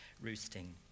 roosting